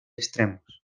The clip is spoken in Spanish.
extremos